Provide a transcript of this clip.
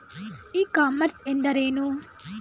E commerce ಎಂದರೇನು?